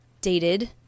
dated